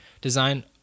design